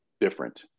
different